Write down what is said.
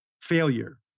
failure